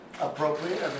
appropriate